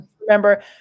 remember